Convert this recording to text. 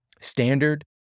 standard